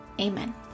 Amen